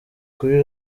kuri